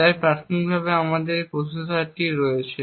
তাই প্রাথমিকভাবে আমাদের এই প্রসেসরটি রয়েছে